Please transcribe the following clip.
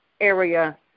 area